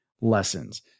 lessons